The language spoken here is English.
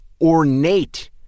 ornate